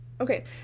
Okay